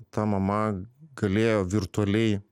ta mama galėjo virtualiai